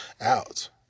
out